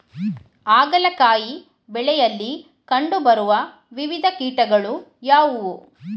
ಹಾಗಲಕಾಯಿ ಬೆಳೆಯಲ್ಲಿ ಕಂಡು ಬರುವ ವಿವಿಧ ಕೀಟಗಳು ಯಾವುವು?